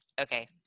okay